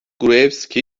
gruevski